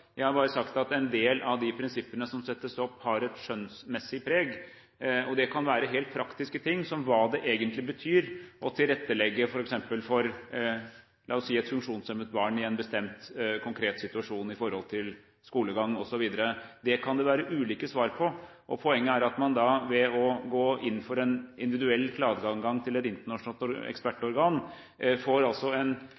Jeg har ikke sagt at Barnekonvensjonen er uklar – jeg har sagt at en del av de prinsippene som settes opp, har et skjønnsmessig preg. Det kan være helt praktiske ting, som hva det egentlig betyr å tilrettelegge f.eks. for et funksjonshemmet barn i en bestemt, konkret situasjon med hensyn til skolegang osv. Det kan det være ulike svar på. Poenget er at man ved å gå inn for en individuell klageadgang til et internasjonalt